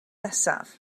nesaf